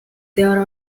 there